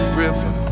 river